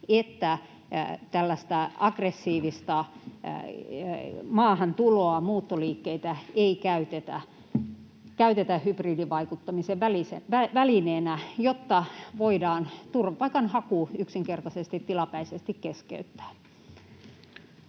aggressiivista maahantuloa, muuttoliikkeitä ei käytetä hybridivaikuttamisen välineenä, että voidaan turvapaikanhaku yksinkertaisesti tilapäisesti keskeyttää?